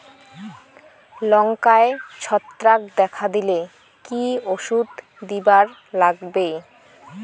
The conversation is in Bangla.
লঙ্কায় ছত্রাক দেখা দিলে কি ওষুধ দিবার লাগবে?